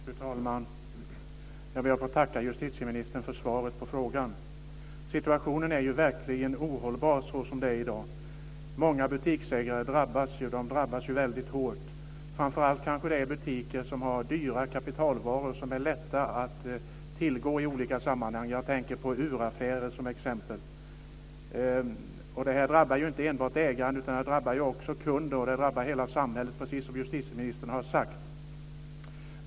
Fru talman! Jag ber att få tacka justitieministern för svaret på frågan. Situationen är verkligen ohållbar i dag. Många butiksägare drabbas väldigt hårt, kanske framför allt butiker som har dyra kapitalvaror som är lätta att tillgå i olika sammanhang. Jag tänker t.ex. på uraffärer. Det här drabbar ju inte enbart ägaren, utan det drabbar också kunden och hela samhället, precis som justitieministern har sagt.